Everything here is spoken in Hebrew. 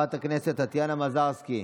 חברת הכנסת טטיאנה מזרסקי,